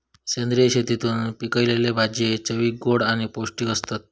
सेंद्रिय शेतीतून पिकयलले भाजये चवीक गोड आणि पौष्टिक आसतत